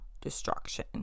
destruction